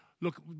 Look